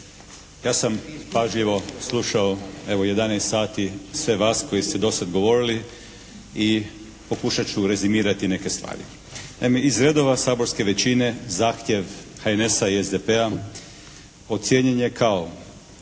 Ja sam pažljivo slušao evo, jedanaest sati sve vas koji ste dosad govorili i pokušat ću rezimirati neke stvari. Naime, iz redova saborske većine zahtjev HNS-a i SDP-a ocijenjen je kao